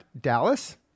Dallas